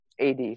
AD